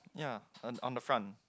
yea on on the front